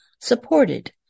supported